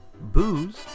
booze